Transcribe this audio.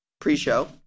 pre-show